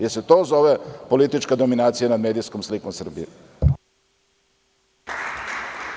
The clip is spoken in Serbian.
Da li se to zove politička dominacija nad medijskom slikom Srbije?